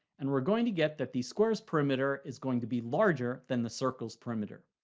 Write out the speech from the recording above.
and we're going to get that the square's perimeter is going to be larger than the circle's perimeter.